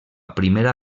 primera